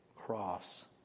cross